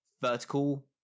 vertical